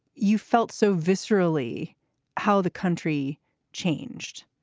you felt so viscerally how the country changed.